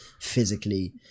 physically